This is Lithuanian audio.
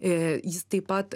jis taip pat